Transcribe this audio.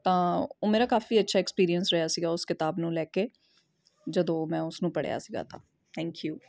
ਤਾਂ ਉਹ ਮੇਰਾ ਕਾਫੀ ਅੱਛਾ ਐਕਸਪੀਰੀਅਸ ਰਿਹਾ ਸੀਗਾ ਉਸ ਕਿਤਾਬ ਨੂੰ ਲੈ ਕੇ ਜਦੋਂ ਮੈਂ ਉਸਨੂੰ ਪੜ੍ਹਿਆ ਸੀਗਾ ਤਾਂ ਥੈਂਕ ਯੂ